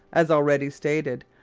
as already stated,